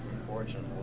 unfortunately